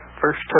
first